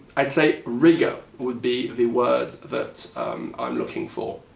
i'd say, rigor would be the word that i'm looking for.